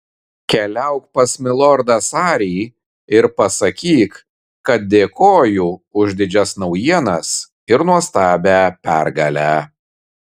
keliauk pas milordą sarį ir pasakyk kad dėkoju už didžias naujienas ir nuostabią pergalę